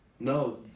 No